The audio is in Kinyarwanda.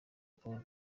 paul